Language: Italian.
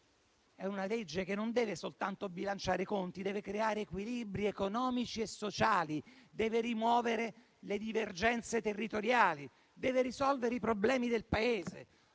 È una legge che non deve soltanto bilanciare i conti, deve creare equilibri economici e sociali, deve rimuovere le divergenze territoriali, deve risolvere i problemi del Paese.